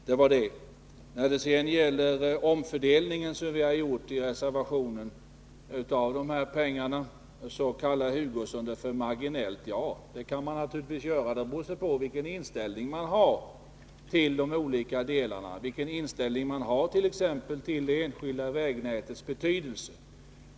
Den omfördelning av medlen som vi har föreslagit i reservationen kallar Kurt Hugosson för marginella ändringar. Det kan man naturligtvis göra, men det beror på vilken inställning man har till de olika delarna, t.ex. till det enskilda vägnätets betydelse.